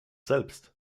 selbst